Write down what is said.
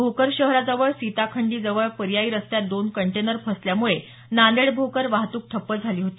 भोकर शहराजवळ सीताखंडी जवळ पर्यायी रस्त्यात दोन कंटेनर फसल्यामुळे नांदेड भोकर वाहतूक ठप्प झाली होती